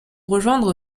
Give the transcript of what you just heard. rejoindre